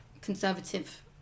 conservative